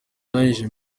ndangije